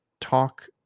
talk